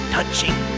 Touching